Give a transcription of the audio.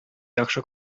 яхшы